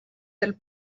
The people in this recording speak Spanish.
del